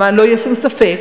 למען לא יהיה שום ספק,